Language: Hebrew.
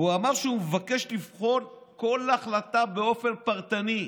והוא אמר שהוא מבקש לבחון כל החלטה באופן פרטני.